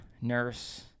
nurse